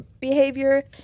behavior